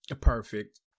Perfect